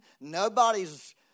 nobody's